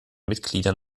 mitgliedern